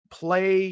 play